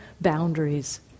boundaries